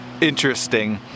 interesting